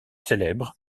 célèbre